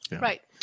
Right